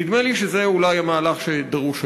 נדמה לי שזה, אולי, המהלך שדרוש היום.